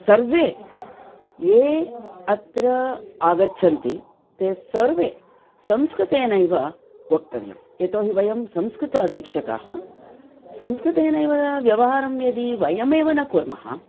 सर्वे ये ये अत्र आगच्छन्ति ते सर्वे संस्कृतेनैव वक्तव्यं यतो हि वयं संस्कृताशिक्षकाः संस्कृतेनैव व्यवहारं यदि वयमेव न कुर्मः